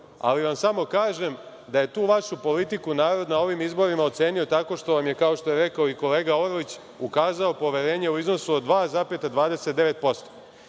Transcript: ali vam samo kažem da je tu vašu politiku narod na ovim izborima ocenio tako što vam je, kao što je rekao i kolega Orlić, ukazao poverenje u iznosu od 2,29%.